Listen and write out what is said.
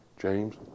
James